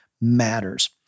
matters